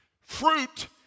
Fruit